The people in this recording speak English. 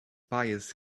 bias